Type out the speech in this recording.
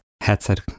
headset